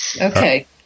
Okay